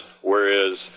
Whereas